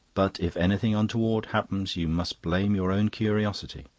but if anything untoward happens you must blame your own curiosity.